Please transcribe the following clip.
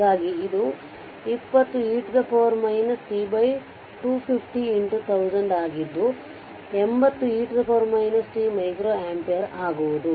ಹಾಗಾಗಿ ಇದು 20 e t250 1000 ಆಗಿದ್ದು 80 e t ಮೈಕ್ರೋ ಆಂಪಿಯರ್ಆಗುವುದು